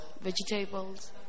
Vegetables